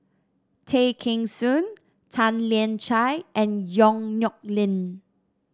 Tay Kheng Soon Tan Lian Chye and Yong Nyuk Lin